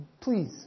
please